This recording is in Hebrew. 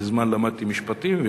מזמן למדתי משפטים,